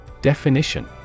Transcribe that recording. Definition